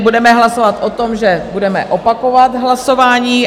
Budeme hlasovat o tom, že budeme opakovat hlasování.